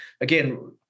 again